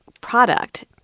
product